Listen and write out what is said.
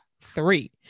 three